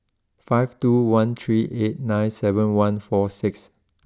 five two one three eight nine seven one four six